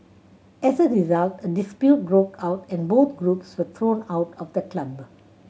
as a result a dispute broke out and both groups were thrown out of the club